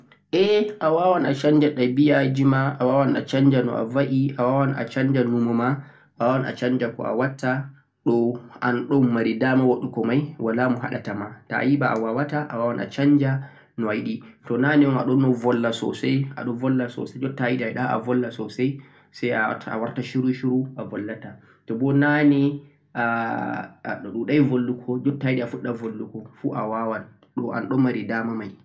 Awawan a sanja ɗabiàji ma, awawan a sanja noà vaè, numoma be ko awatta pat.